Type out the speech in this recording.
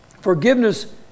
forgiveness